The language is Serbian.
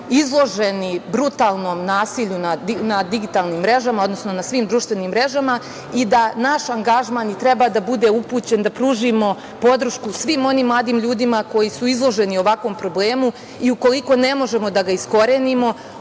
izloženi brutalnom nasilju na digitalnim mrežama, odnosno na svim društvenim mrežama i da naš angažman i treba da bude upućen da pružimo podršku svim onim mladim ljudima koji su izloženi ovakvom problemu. Ukoliko ne možemo da ga iskorenimo,